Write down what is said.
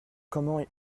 comment